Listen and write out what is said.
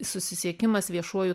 susisiekimas viešuoju